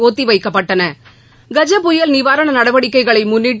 ஒத்திவைக்கப்பட்டன கஜ புயல் நிவாரண நடவடிக்கைகளை முன்னிட்டு